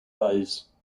eyes